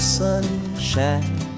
sunshine